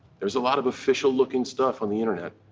there's a lot of official looking stuff on the internet.